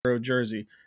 jersey